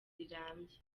rirambye